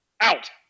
out